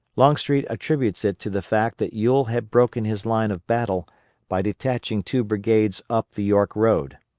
longstreet attributes it to the fact that ewell had broken his line of battle by detaching two brigades up the york road.